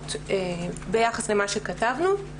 נקודות ביחס למה שכתבנו.